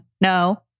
No